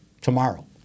tomorrow